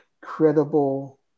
credible